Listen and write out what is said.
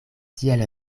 tiel